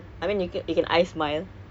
aren't you in events